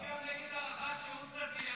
אז תצביעי גם נגד הארכת שירות סדיר.